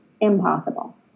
impossible